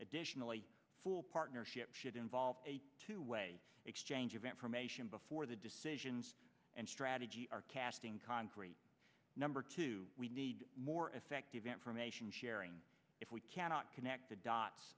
additionally full partnership should involve a two way exchange of information before the decisions and strategy are casting concrete number two we need more effective information sharing if we cannot connect the dots